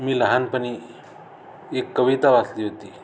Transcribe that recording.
मी लहानपणी एक कविता वाचली होती